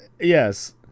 Yes